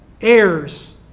Heirs